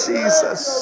Jesus